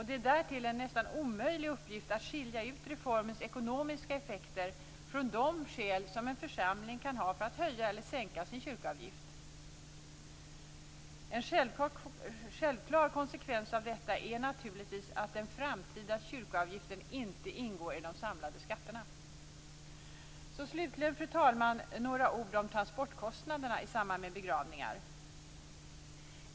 Det är därtill en nästan omöjlig uppgift att skilja ut reformens ekonomiska effekter från de skäl som en församling kan ha för att höja eller sänka sin kyrkoavgift. En självklar konsekvens av detta är naturligtvis att den framtida kyrkoavgiften inte ingår i de samlade skatterna. Slutligen, fru talman, vill jag säga några ord om transportkostnaderna i samband med begravningar.